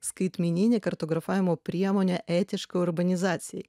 skaitmeninė kartografavimo priemonė etiškai urbanizacijai